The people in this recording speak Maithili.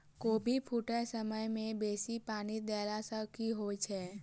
कोबी फूटै समय मे बेसी पानि देला सऽ की होइ छै?